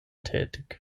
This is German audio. tätig